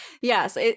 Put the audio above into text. Yes